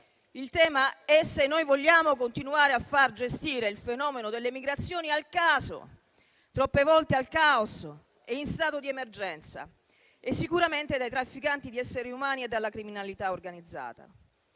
Il tema è se noi vogliamo continuare a far gestire il fenomeno delle migrazioni al caso, troppe volte al caos e in stato di emergenza, e sicuramente dai trafficanti di esseri umani e dalla criminalità organizzata.